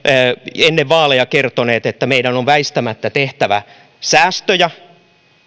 ennen vaaleja kertoneet että meidän on väistämättä tehtävä säästöjä